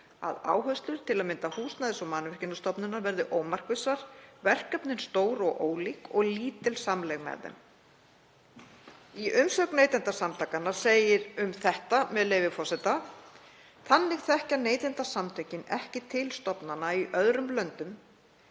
að áherslur til að mynda Húsnæðis- og mannvirkjastofnunar verði ómarkvissar, verkefnin stór og ólík og lítil samlegð með þeim. Í umsögn Neytendasamtakanna segir um þetta: „Þannig þekkja Neytendasamtökin ekki til stofnana í öðrum löndum